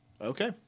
Okay